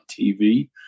TV